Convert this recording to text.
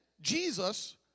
Jesus